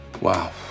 Wow